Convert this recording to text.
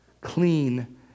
clean